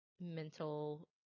mental